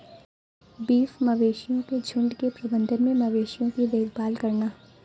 beef मवेशियों के झुंड के प्रबंधन में मवेशियों की देखभाल करना